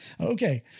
Okay